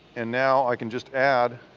and now i can just add